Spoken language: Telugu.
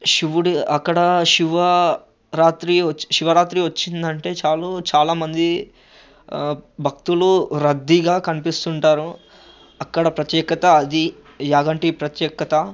శివుడు అక్కడా శివ రాత్రి వచ్చి శివరాత్రి వచ్చిందంటే చాలు చాలా మంది భక్తులు రద్దీగా కనిపిస్తుంటారు అక్కడ ప్రత్యేకత అది యాగంటి ప్రత్యేకత